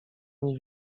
nie